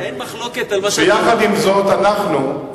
שיחד עם זאת אנחנו,